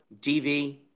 DV